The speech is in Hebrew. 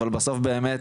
אבל בסוף באמת